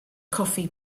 coffee